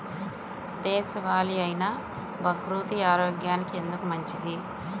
దేశవాలి అయినా బహ్రూతి ఆరోగ్యానికి ఎందుకు మంచిది?